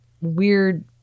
weird